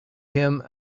him